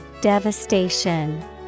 Devastation